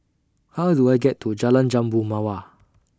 How Do I get to Jalan Jambu Mawar